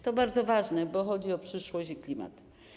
To bardzo ważne, bo chodzi o przyszłość i klimat.